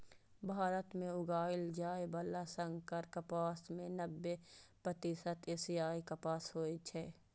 भारत मे उगाएल जाइ बला संकर कपास के नब्बे प्रतिशत एशियाई कपास होइ छै